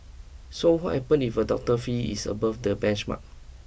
so what happens if a doctor's fee is above the benchmark